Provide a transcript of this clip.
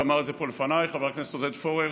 ואמר את זה פה לפניי חבר הכנסת עודד פורר.